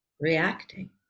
reacting